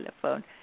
telephone